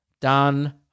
done